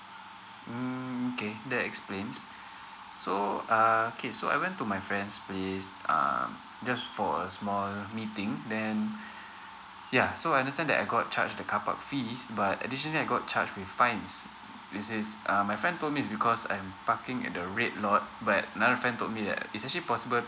mm okay that explains so uh okay so I went to my friend's place uh just for a small meeting then mm ya so I understand that I got charge the carpark fees but additional I got charge with fines this is uh my friend told me is because I'm parking at the red lot but another friend told me that it is actually possible